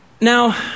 Now